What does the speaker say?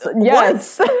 Yes